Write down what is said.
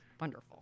wonderful